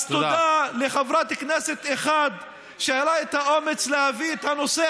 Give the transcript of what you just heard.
אז תודה לחברת כנסת אחת שהיה לה האומץ להביא את הנושא